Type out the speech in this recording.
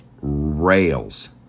rails